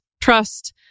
trust